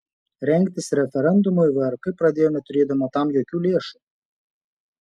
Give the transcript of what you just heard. rengtis referendumui vrk pradėjo neturėdama tam jokių lėšų